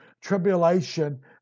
tribulation